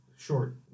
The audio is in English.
Short